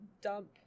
dump